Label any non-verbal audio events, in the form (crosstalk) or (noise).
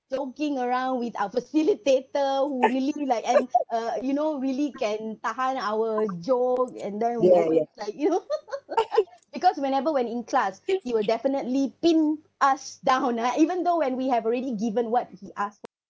joking around with our facilitator who really like and (breath) uh you know really can tahan our joke and then when it was like you know (laughs) because whenever when in class he will definitely pin us down ah even though when we have already given what he asked for